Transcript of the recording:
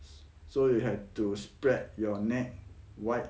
so you have to spread your net wide